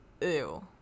Ew